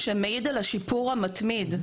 שמעיד על השיפור המתמיד,